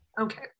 okay